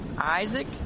Isaac